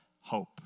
hope